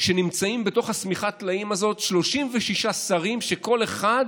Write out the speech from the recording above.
נמצאים בתוך שמיכת הטלאים הזאת 36 שרים שכל אחד